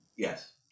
Yes